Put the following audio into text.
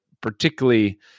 particularly